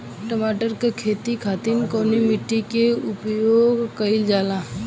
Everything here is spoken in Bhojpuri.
टमाटर क खेती खातिर कवने मिट्टी के उपयोग कइलजाला?